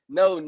no